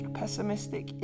pessimistic